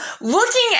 looking